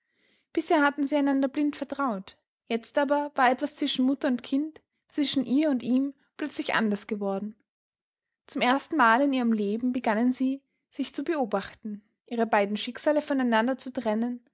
bisher hatten sie einander blind vertraut jetzt aber war etwas zwischen mutter und kind zwischen ihr und ihm plötzlich anders geworden zum ersten male in ihrem leben begannen sie sich zu beobachten ihre beiden schicksale voneinander zu trennen